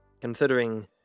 considering